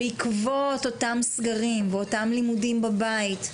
שבעקבות אותם סגרים, ואותם לימודים בבית,